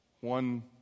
one